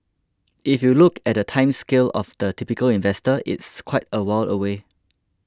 if you look at the time scale of the typical investor it's quite a while away